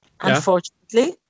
unfortunately